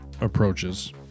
approaches